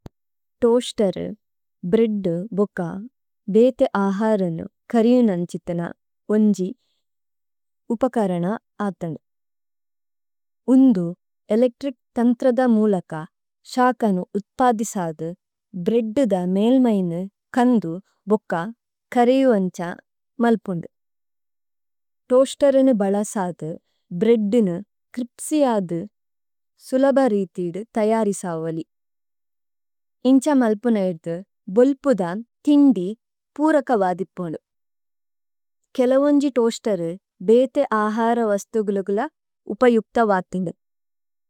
Toaster, bread, ബുച്ച, ബേതേ ആഹരനു കരിയനന്ഛിതന ഓന്ജി ഉപകരന അദന। ഉന്ദു ഏലേക്ത്രിക് തന്ത്രദ മൂലക ശാകനു ഉത്പദിസദു, ബ്രേഅദ്ദ മേഇല്മൈനു കന്ദു, ബുച്ച, കരിയുഅന്ഛ മല്പുന്ദു। തോഅസ്തേര് അനു ബലസാദു, ബ്രേഅദ്ദുനു ക്രിപ്സിഅദു, സുലബ രീതിദു തയരി സവലി। ഇന്ഛ മല്പുന ഇദ്ദു, ബോല്പുദമ്, ഥിന്ദി, പുരക വദിപോലു। കേല ഓന്ജി തോഅസ്തേരു ബേതേ ആഹര വസ്തുഗുലുഗുല ഉപയുപ്ത വദുദു।